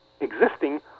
existing